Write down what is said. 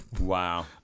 wow